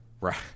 Right